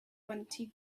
twenty